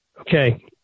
Okay